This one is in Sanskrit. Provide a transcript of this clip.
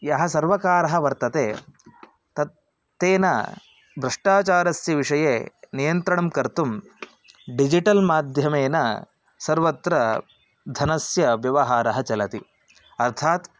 यः सर्वकारः वर्तते तत् तेन भ्रष्टाचारस्य विषये नियन्त्रणं कर्तुं डिजिटल् माध्यमेन सर्वत्र धनस्य व्यवहारः चलति अर्थात्